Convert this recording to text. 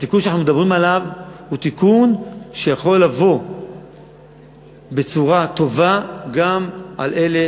התיקון שאנחנו מדברים עליו הוא תיקון שיכול להיות טוב גם לאלה